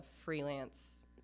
freelance